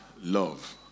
love